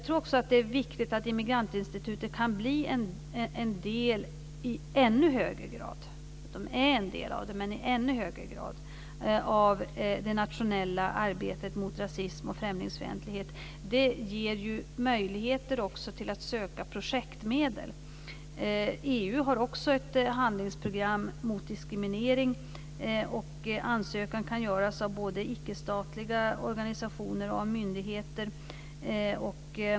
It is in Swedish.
Det är också viktigt att Immigrantinstitutet kan bli en del i ännu högre grad - de är en del - av det nationella arbetet mot rasism och främlingsfientlighet. Det ger ju möjligheter till att söka projektmedel. EU har också ett handlingsprogram mot diskriminering, och ansökan kan göras både av icke-statliga organisationer och av myndigheter.